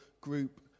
group